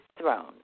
throne